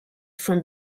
from